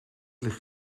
ligt